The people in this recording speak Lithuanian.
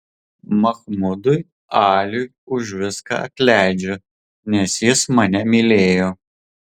mahmudui aliui aš viską atleidžiu nes jis mane mylėjo